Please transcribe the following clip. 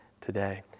today